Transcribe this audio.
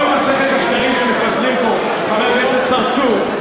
כל מסכת השקרים שמפזרים פה חבר הכנסת צרצור,